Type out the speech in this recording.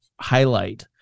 highlight